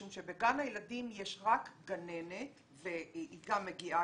זה כך משום שבגן הילדים יש רק גננת והיא גם מגיעה